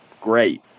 Great